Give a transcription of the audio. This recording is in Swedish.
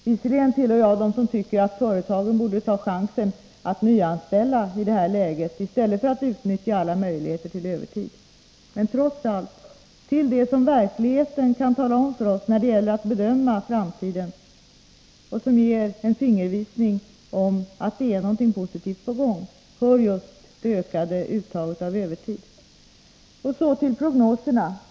Visserligen tillhör jag dem som tycker att företagen borde ta chansen att i det här läget nyanställa i stället för att utnyttja alla möjligheter till övertidsarbete. Trots allt: Till det som verkligheten kan tala om för oss när det gäller att bedöma framtiden och som ger en fingervisning om att det är någonting positivt i görningen hör just det ökade uttaget av övertid. Så till prognoserna.